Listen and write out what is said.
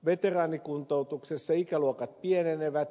veteraanikuntoutuksessa ikäluokat pienenevät